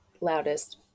loudest